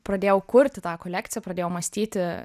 pradėjau kurti tą kolekciją pradėjau mąstyti